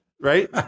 right